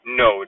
no